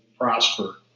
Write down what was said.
prosper